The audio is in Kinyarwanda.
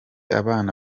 abana